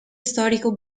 storico